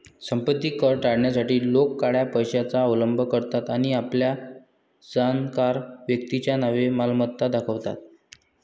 संपत्ती कर टाळण्यासाठी लोक काळ्या पैशाचा अवलंब करतात आणि आपल्या जाणकार व्यक्तीच्या नावे मालमत्ता दाखवतात